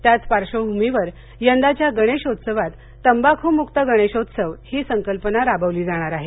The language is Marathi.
त्याच पार्श्वभूमीवर यंदाच्या गणेशोत्सवात तंबाखूमुक्त गणेशोत्सव ही संकल्पना राबवली जाणार आहे